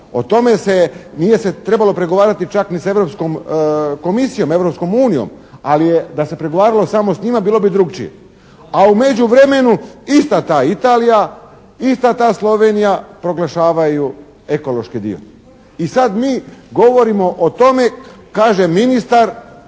O tome se, nije se trebalo pregovarati ni čak sa Europskom komisijom, Europskom unijom, ali da se pregovaralo samo s njima bilo bi drukčije. A u međuvremenu ista ta Italija, ista ta Slovenija proglašavaju ekološki dio. I sad mi govorimo o tome, kaže ministar,